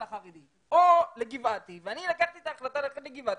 החרדי או לגבעתי ואני לקחתי את ההחלטה ללכת לגבעתי,